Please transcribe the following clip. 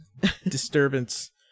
disturbance